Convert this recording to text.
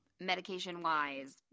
medication-wise